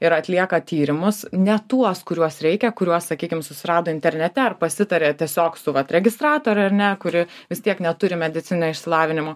ir atlieka tyrimus ne tuos kuriuos reikia kuriuos sakykim susirado internete ar pasitaria tiesiog su vat registratore ar ne kuri vis tiek neturi medicininio išsilavinimo